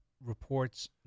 reports